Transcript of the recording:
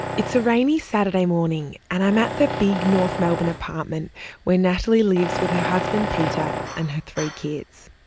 it's a rainy saturday morning, and i'm at the big north melbourne apartment where natalie lives with her husband peter, and her three kids.